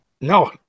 No